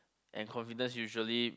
and confidence usually